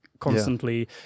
Constantly